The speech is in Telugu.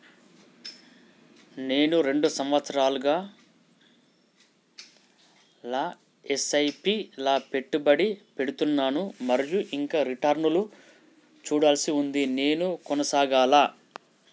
నేను రెండు సంవత్సరాలుగా ల ఎస్.ఐ.పి లా పెట్టుబడి పెడుతున్నాను మరియు ఇంకా రిటర్న్ లు చూడాల్సి ఉంది నేను కొనసాగాలా?